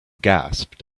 gasped